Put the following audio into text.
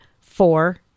four